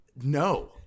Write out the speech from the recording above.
No